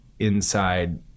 inside